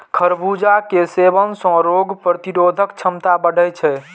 खरबूजा के सेवन सं रोग प्रतिरोधक क्षमता बढ़ै छै